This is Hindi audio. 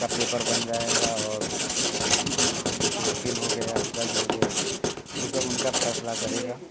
उसका पेपर बन जाएगा और जैसे वक़ील हो गया जज हो गया वो सब उनका फ़ैसला करेगा